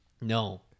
No